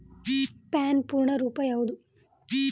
PAN ಪೂರ್ಣ ರೂಪ ಯಾವುದು?